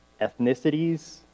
ethnicities